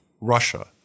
Russia